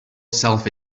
self